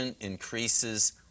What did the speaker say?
increases